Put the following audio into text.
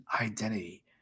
identity